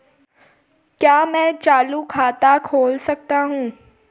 क्या मैं चालू खाता खोल सकता हूँ?